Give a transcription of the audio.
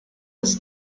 was